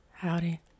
howdy